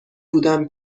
بودم